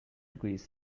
degrees